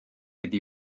iddi